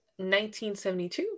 1972